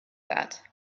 that